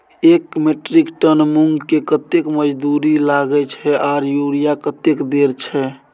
एक metric ton मूंग में कतेक मजदूरी लागे छै आर यूरिया कतेक देर छै?